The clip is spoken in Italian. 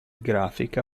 grafica